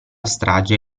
strage